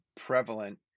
prevalent